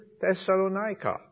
Thessalonica